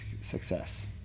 success